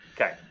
Okay